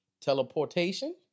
Teleportation